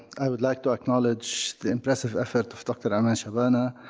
i would like to acknowledge the impressive effort of dr. ayman shabana,